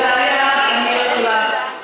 לצערי הרב אני לא יכולה,